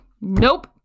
Nope